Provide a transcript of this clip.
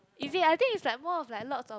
is it I think it's like more of like lots of